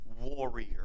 warrior